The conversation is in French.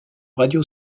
radio